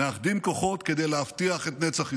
מאחדים כוחות כדי להבטיח את נצח ישראל.